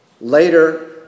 Later